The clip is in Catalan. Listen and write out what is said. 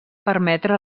permetre